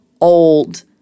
old